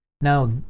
Now